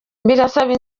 bisaba